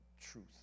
truth